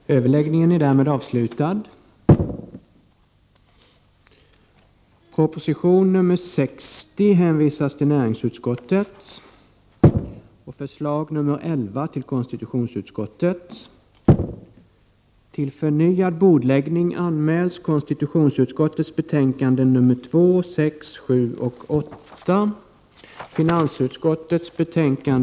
Efter att ha fått information om sex aktuella palestinska asylärenden och om situationen för tre palestinier som utvisades i mars detta år, kan jag konstatera att det i samtliga fall varit oacceptabelt långa handläggningstider: 34-51 månader, varav 6-23 månader hos invandrarverket och 11-37 månader hos regeringen.